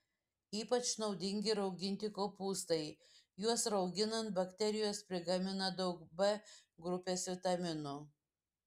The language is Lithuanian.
ypač naudingi rauginti kopūstai juos rauginant bakterijos prigamina daug b grupės vitaminų